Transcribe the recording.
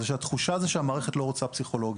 זה שהתחושה היא שהמערכת לא רוצה פסיכולוגים.